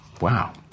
wow